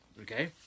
okay